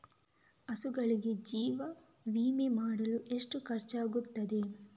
ಹಸುಗಳಿಗೆ ಜೀವ ವಿಮೆ ಮಾಡಲು ಎಷ್ಟು ಖರ್ಚಾಗುತ್ತದೆ?